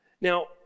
Now